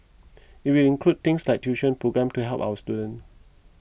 it will include things like tuition programmes to help our students